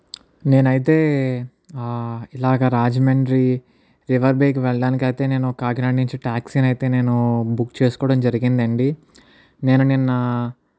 నేనైతే ఇలాగా రాజమండ్రి రివర్ వెళ్ళడానికి అయితే అయితే నేను కాకినాడ నుంచి టాక్సీ ను అయితే నేను బుక్ చేసుకోవడం జరిగిందండి నేను నిన్న